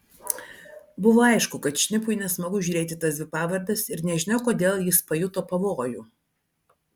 buvo aišku kad šnipui nesmagu žiūrėti į tas dvi pavardes ir nežinia kodėl jis pajuto pavojų